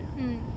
mm